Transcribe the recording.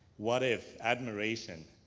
what if admiration